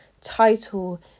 title